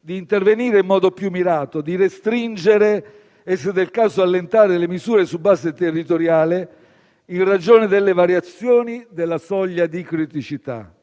di intervenire in modo più mirato, di restringere e, se del caso, allentare le misure su base territoriale, in ragione delle variazioni della soglia di criticità.